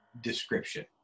description